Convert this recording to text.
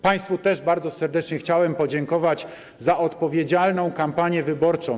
Państwu też bardzo serdecznie chciałem podziękować za odpowiedzialną kampanię wyborczą.